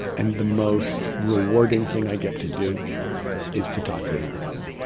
and the most rewarding thing i get to do is to talk to americans,